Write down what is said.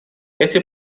эти